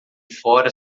fora